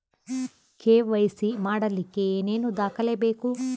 KYC ಮಾಡಲಿಕ್ಕೆ ಏನೇನು ದಾಖಲೆಬೇಕು?